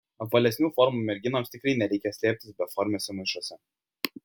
apvalesnių formų merginoms tikrai nereikia slėptis beformiuose maišuose